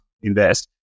invest